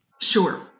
Sure